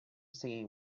singing